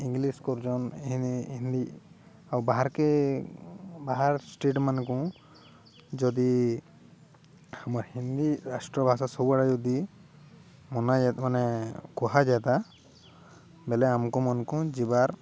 English କରୁଛନ୍ ହିନ୍ଦୀ ଆଉ ବାହାରକେ ବାହାର ଷ୍ଟେଟମାନଙ୍କୁ ଯଦି ଆମର୍ ହିନ୍ଦୀ ରାଷ୍ଟ୍ରଭାଷା ସବୁଆଡ଼େ ଯଦି ମନା ମାନେ କୁହାଯାତା ବେଲେ ଆମକୁ ମନକୁ ଯିବାର୍